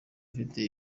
ufite